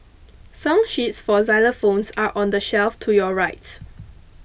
song sheets for xylophones are on the shelf to your right